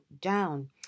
down